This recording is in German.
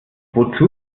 wozu